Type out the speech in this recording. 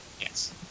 Yes